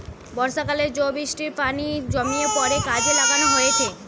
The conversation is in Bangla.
বর্ষাকালে জো বৃষ্টির পানি জমিয়ে পরে কাজে লাগানো হয়েটে